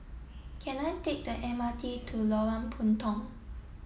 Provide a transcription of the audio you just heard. can I take the M R T to Lorong Puntong